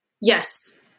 Yes